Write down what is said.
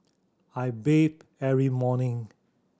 I bathe every morning